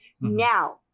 Now